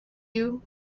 you